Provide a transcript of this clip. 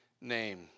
name